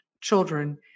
children